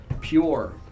pure